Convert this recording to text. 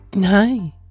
Hi